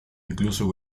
incluso